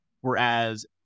Whereas